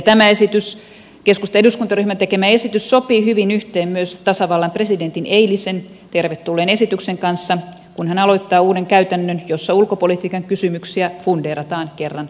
tämä keskustan eduskuntaryhmän tekemä esitys sopii hyvin yhteen myös tasavallan presidentin eilisen tervetulleen esityksen kanssa kun hän aloittaa uuden käytännön jossa ulkopolitiikan kysymyksiä fundeerataan kerran vuodessa